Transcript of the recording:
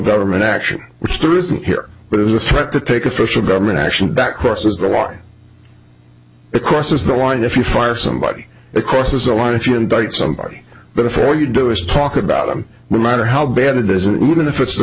government action which there isn't here but it was a threat to take official government action back horses the one crosses the line if you fire somebody it crosses the line if you indict somebody before you do is talk about them matter how bad it isn't even if it's the